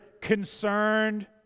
concerned